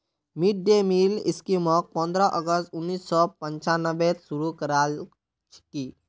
mid day meal स्कीमक पंद्रह अगस्त उन्नीस सौ पंचानबेत शुरू करयाल की